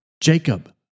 Jacob